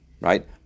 right